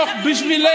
תגיד,